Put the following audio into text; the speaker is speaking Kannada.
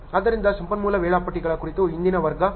ಆದ್ದರಿಂದ ಸಂಪನ್ಮೂಲ ವೇಳಾಪಟ್ಟಿಗಳ ಕುರಿತು ಇಂದಿನ ವರ್ಗ